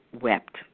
wept